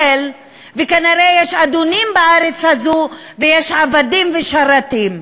וכנראה יש אדונים בארץ הזו, ויש עבדים ושרתים.